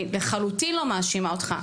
אני לחלוטין לא מאשימה אותך,